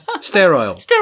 sterile